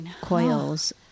coils